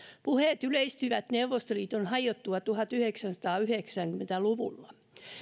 puheet yleistyivät neuvostoliiton hajottua tuhatyhdeksänsataayhdeksänkymmentä luvulla